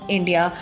India